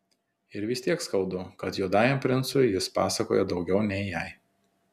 ir vis tiek skaudu kad juodajam princui jis pasakoja daugiau nei jai